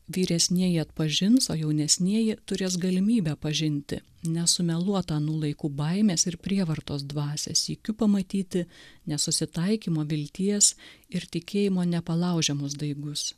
vyresnieji atpažins o jaunesnieji turės galimybę pažinti nesumeluotą anų laikų baimės ir prievartos dvasią sykiu pamatyti nesusitaikymo vilties ir tikėjimo nepalaužiamus daigus